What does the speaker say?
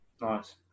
Nice